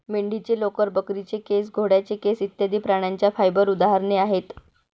मेंढीचे लोकर, बकरीचे केस, घोड्याचे केस इत्यादि प्राण्यांच्या फाइबर उदाहरणे आहेत